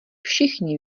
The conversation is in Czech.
všichni